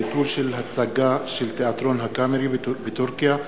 ביטול הצגה של תיאטרון "הקאמרי" בטורקיה,